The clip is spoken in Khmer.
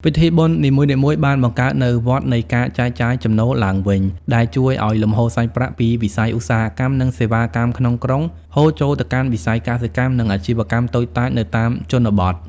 ពិធីបុណ្យនីមួយៗបានបង្កើតនូវវដ្តនៃ "ការចែកចាយចំណូលឡើងវិញ" ដែលជួយឱ្យលំហូរសាច់ប្រាក់ពីវិស័យឧស្សាហកម្ម និងសេវាកម្មក្នុងក្រុង ហូរចូលទៅកាន់វិស័យកសិកម្ម និងអាជីវកម្មតូចតាចនៅតាមជនបទ។